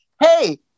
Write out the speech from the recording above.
Hey